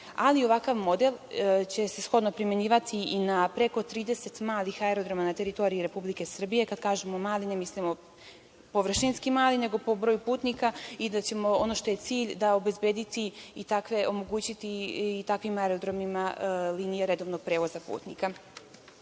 ali ovakav model će se primenjivati i na preko 30 malih aerodroma na teritoriji Republike Srbije. Kada kažemo mali, ne mislimo površinski mali, nego po broju putnika i da ćemo omogućiti i takvim aerodromima linije redovnog prevoza putnika. Želim